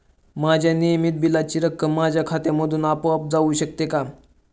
माझ्या नियमित बिलाची रक्कम माझ्या खात्यामधून आपोआप जाऊ शकते का?